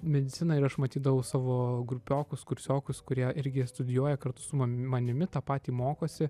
mediciną ir aš matydavau savo grupiokus kursiokus kurie irgi studijuoja kartu su mam manimi tą patį mokosi